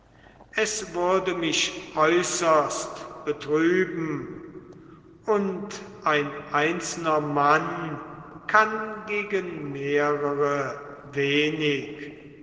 es würde mich äußerst betrüben und ein einzelner mann kann gegen mehrere wenig